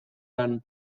lan